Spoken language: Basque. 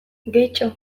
gehitxo